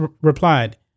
replied